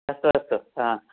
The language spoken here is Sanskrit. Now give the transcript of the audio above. अस्तु अस्तु हा